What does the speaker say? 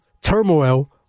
turmoil